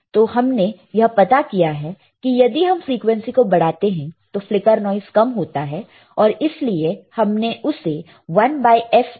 तो हमने यह पता किया है कि यदि हम फ्रिकवेंसी को बढ़ाते हैं तो फ्लिकर नॉइस कम होता है और इसीलिए हमने उससे 1f नॉइस का नाम दिया है